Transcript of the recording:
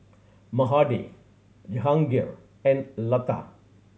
Mahade Jehangirr and Lata